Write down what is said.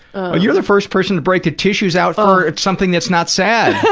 ah you're the first person to break the tissues out for something that's not sad. yeah